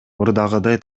мурдагыдай